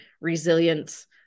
Resilience